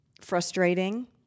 frustrating